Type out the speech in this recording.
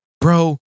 bro